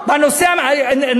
בנושא, מחכים בתור.